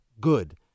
good